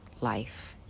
life